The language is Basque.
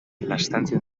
laztantzen